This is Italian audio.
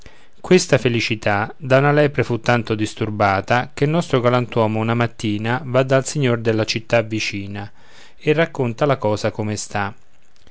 questa felicità da una lepre fu tanto disturbata che il nostro galantuomo una mattina va dal signor della città vicina e racconta la cosa come sta